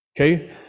okay